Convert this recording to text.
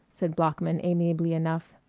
said bloeckman amiably enough.